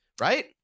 right